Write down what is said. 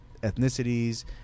ethnicities